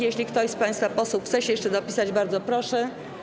Jeśli ktoś z państwa posłów chce się jeszcze zapisać, bardzo proszę.